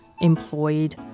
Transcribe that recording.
employed